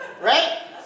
right